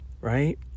right